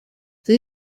sie